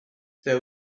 there